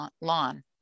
lawn